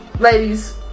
Ladies